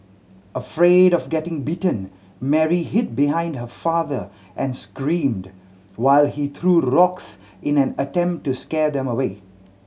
afraid of getting bitten Mary hid behind her father and screamed while he threw rocks in an attempt to scare them away